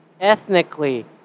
ethnically